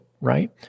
right